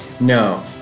No